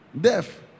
deaf